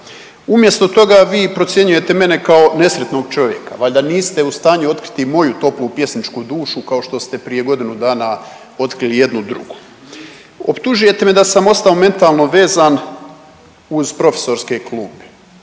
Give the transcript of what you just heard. Umjesto toga vi procjenjujete mene kao nesretnog čovjeka, valjda niste u stanju otkriti moju toplu pjesničku dušu, kao što ste prije godinu dana otkrili jednu drugu. Optužujete da sam ostao mentalno vezan uz profesorske klupe,